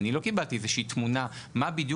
אני לא קיבלתי איזושהי תמונה מה בדיוק